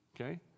Okay